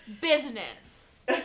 business